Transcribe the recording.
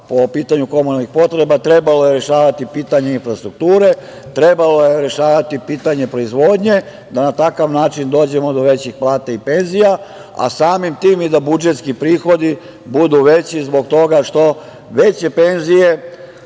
po pitanju komunalnih potreba, rešavati pitanje infrastrukture, trebalo je rešavati pitanje proizvodnje da na takav način dođemo do većih plata i penzija, a samim tim i da budžetski prihodi budu veći zbog toga što veće penzije